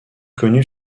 connu